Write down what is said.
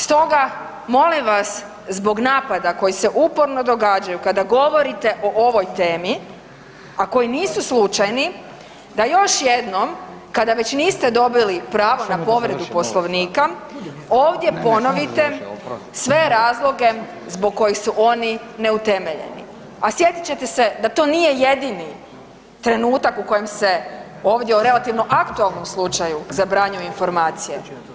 Stoga molim vas zbog napada koji se uporno događaju kada govorite o ovoj temi, a koji nisu slučajni da još jednom kada već niste dobili pravo na povredu Poslovnika ovdje ponovite sve razloge zbog kojih su oni neutemeljeni, a sjetit ćete se da to nije jedini trenutak u kojem se ovdje u relativno aktualnom slučaju zabranjuju informacije.